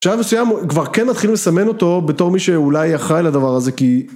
בשלב מסויים כבר כן נתחיל לסמן אותו בתור מי שאולי אחראי לדבר הזה כי